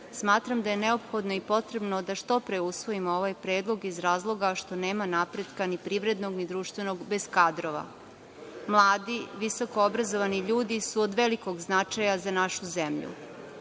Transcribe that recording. smatram da je neophodno i potrebno da što pre usvojimo ovaj predlog iz razloga što nema napretka ni privrednog ni društvenog bez kadrova. Mladi visokoobrazovani ljudi su od velikog značaja za našu zemlju,